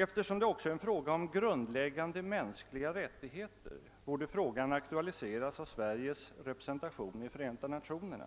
Eftersom det här också gäller grundläggande mänskliga rättigheter borde frågan aktualiseras av Sveriges representation i Förenta nationerna.